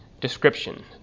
description